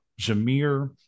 Jameer